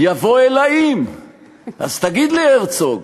יבוא "אלא אם"./ אז תגיד לי הרצוג,